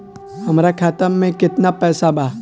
हमरा खाता मे केतना पैसा बा?